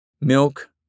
Milk